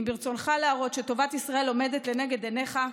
אם ברצונך להראות שטובת ישראל עומדת לנגד עיניך,